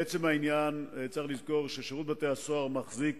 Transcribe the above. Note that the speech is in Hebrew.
לעצם העניין, צריך לזכור ששירות בתי-הסוהר מחזיק